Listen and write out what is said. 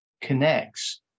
connects